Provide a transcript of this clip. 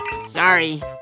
Sorry